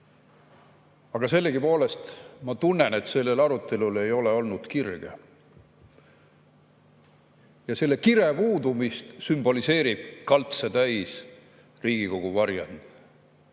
Aga sellegipoolest ma tunnen, et sellel arutelul ei ole olnud kirge. Ja selle kire puudumist sümboliseerib kaltse täis Riigikogu varjend.